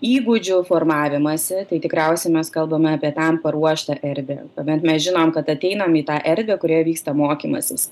įgūdžių formavimąsi tai tikriausiai mes kalbame apie tam paruoštą erdvę tuomet mes žinom kad ateinam į tą erdvę kurioje vyksta mokymasis